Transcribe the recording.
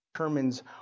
Determines